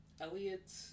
Elliot